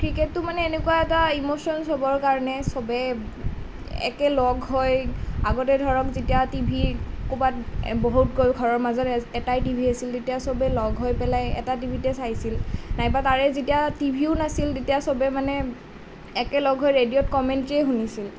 ক্ৰীকেটটো মানে এনেকুৱা এটা ইম'চন চবৰ কাৰণে চবে একে লগ হৈ আগতে ধৰক যেতিয়া টিভি ক'ৰবাত বহুত ঘৰৰ মাজত এটাই টিভি আছিল তেতিয়া চবেই লগ হৈ পেলাই এটা টিভিতে চাইছিল নাইবা তাৰে যেতিয়া টিভিও নাছিল তেতিয়া চবেই মানে একেলগ হৈ ৰেডিঅ'ত কমেণ্ট্ৰিয়ে শুনিছিল